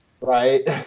Right